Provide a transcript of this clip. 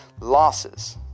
losses